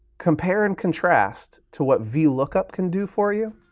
compare and contrast to what vlookup can do for you,